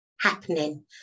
happening